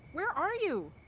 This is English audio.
where are you?